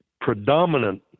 predominant